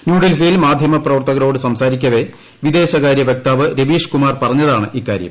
ന്യൂഡൽഹിയിൽ മാധ്യമപ്രവർത്തകരോട് സംസാരിക്കവേ വിദേശകാര്യ വക്താവ് രവീഷ് കുമാർ പറഞ്ഞ്താണ് ഇക്കാര്യം